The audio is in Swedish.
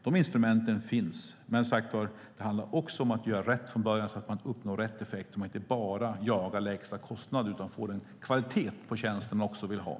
De instrumenten finns, men det handlar som sagt om att göra rätt från början så att man uppnår rätt effekt och inte bara jagar extrakostnader utan får den kvalitet man vill ha på tjänsten.